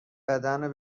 بدنو